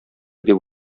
дип